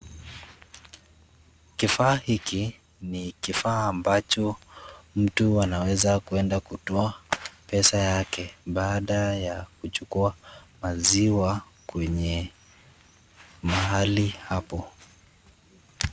Kifaa hiki ni kifaa ambacho mtu anaweza kuenda kutoa pesa yake baada ya kuchukua maziwa kwenye mahali hapo.